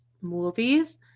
movies